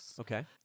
okay